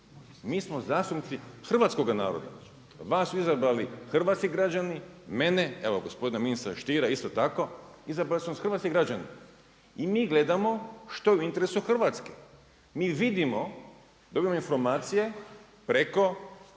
mi smo zastupnici hrvatskoga naroda. Vas su izabrali hrvatski građani, mene, evo gospodina ministra Stiera, isto tako, izabrali su nas hrvatski građani i mi gledamo što je u interesu Hrvatske. Mi vidimo, dobivamo informacije preko